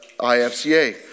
IFCA